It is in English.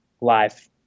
live